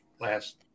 last